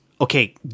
okay